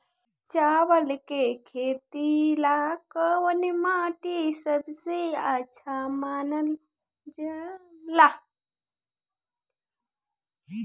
चावल के खेती ला कौन माटी सबसे अच्छा मानल जला?